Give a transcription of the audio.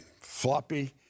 floppy